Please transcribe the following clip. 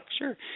Sure